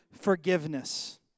forgiveness